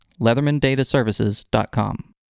leathermandataservices.com